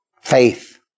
faith